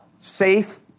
Safe